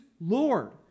Lord